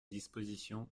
disposition